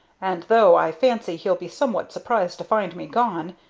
and, though i fancy he'll be somewhat surprised to find me gone,